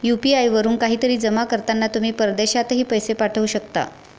UPI वरून काहीतरी जमा करताना तुम्ही परदेशातही पैसे पाठवू शकता